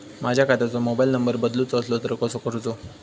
माझ्या खात्याचो mobile number बदलुचो असलो तर तो कसो करूचो?